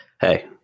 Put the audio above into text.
Hey